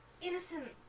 innocent